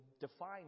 define